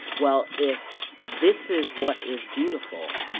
well, if this is what is beautiful,